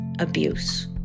abuse